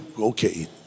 okay